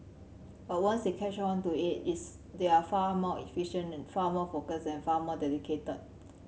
but once they catch on to it is they are far more efficient far more focused and far more dedicated